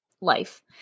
life